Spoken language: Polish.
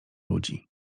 ludzi